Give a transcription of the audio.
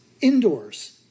indoors